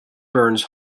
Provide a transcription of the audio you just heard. burns